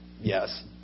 Yes